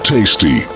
Tasty